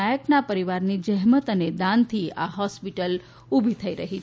નાયકના પરિવારની જહેમત અને દાનથી આ હોસ્પિટલ ઊભી થઈ રહી છે